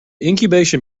incubation